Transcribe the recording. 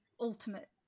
ultimate